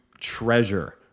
treasure